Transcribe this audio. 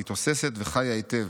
היא תוססת וחיה היטב.